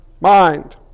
mind